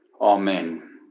Amen